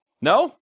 No